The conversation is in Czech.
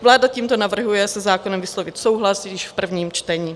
Vláda tímto navrhuje se zákonem vyslovit souhlas již v prvním čtení.